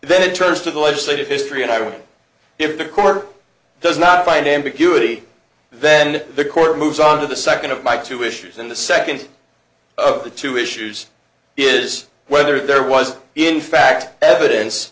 then turns to the legislative history and if the court does not find ambiguity then the court moves on to the second of my two issues and the second of the two issues is whether there was in fact evidence